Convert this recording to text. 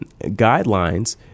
guidelines